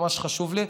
ממש חשוב לי,